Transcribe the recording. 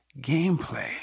gameplay